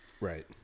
Right